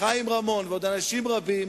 חיים רמון ועוד אנשים רבים,